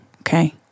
Okay